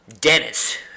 Dennis